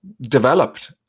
developed